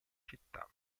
città